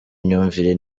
imyumvire